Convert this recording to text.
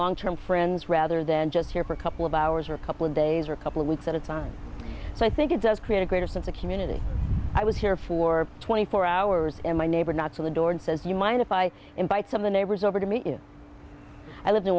long term friends rather than just here for a couple of hours or a couple days or a couple of weeks at a time so i think it does create a greater sense of community i was here for twenty four hours and my neighbor not to the door and says do you mind if i invite some of the neighbors over to meet you i lived in